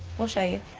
we'll show you.